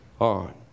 on